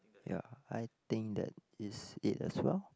ya I think that is it as well